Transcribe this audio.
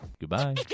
Goodbye